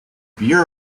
bureau